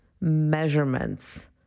measurements